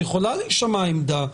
יכולה להישמע עמדה,